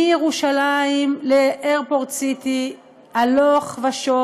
מירושלים לאיירפורט סיטי הלוך ושוב,